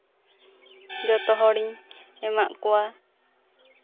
ᱡᱚᱛᱚ ᱦᱚᱲᱤᱧ ᱮᱢᱟᱜ ᱠᱚᱣᱟ